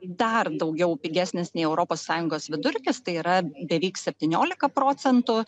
dar daugiau pigesnis nei europos sąjungos vidurkis tai yra beveik septyniolika procentų